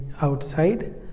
outside